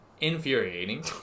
infuriating